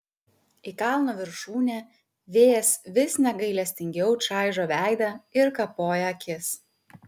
į kalno viršūnę vėjas vis negailestingiau čaižo veidą ir kapoja akis